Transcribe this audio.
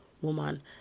woman